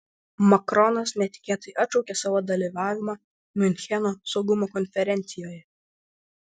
makronas netikėtai atšaukė savo dalyvavimą miuncheno saugumo konferencijoje